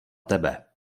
tebe